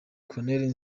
colonel